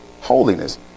holiness